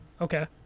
Okay